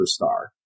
superstar